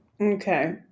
Okay